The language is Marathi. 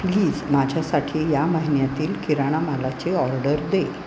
प्लीज माझ्यासाठी या महिन्यातील किराणा मालाची ऑर्डर दे